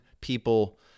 people